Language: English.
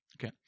Okay